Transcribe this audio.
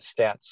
stats